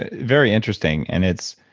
ah very interesting. and it's,